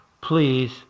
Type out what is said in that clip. please